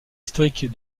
historique